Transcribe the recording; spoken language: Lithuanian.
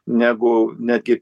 negu netgi